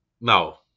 no